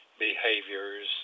behaviors